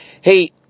Hey